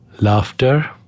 laughter